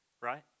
right